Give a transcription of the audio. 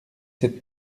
sept